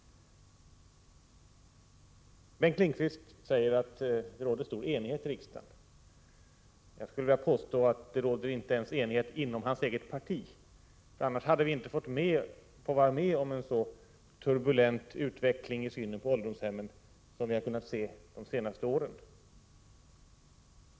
Bengt Lindqvist säger att det råder stor enighet i riksdagen. Jag skulle vilja påstå att det inte ens råder enighet inom hans eget parti. Annars hade vi inte fått vara med om en så turbulent utveckling i synen på ålderdomshemmen som vi har kunnat se de senaste åren.